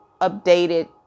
updated